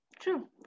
True